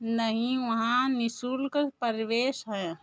नहीं वहाँ निःशुल्क प्रवेश है